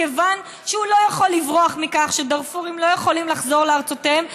מכיוון שהוא לא יכול לברוח מכך שדארפורים לא יכולים לחזור לארצותיהם,